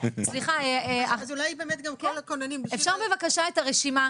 -- אז אולי באמת גם כל הכוננים -- אפשר בבקשה את הרשימה,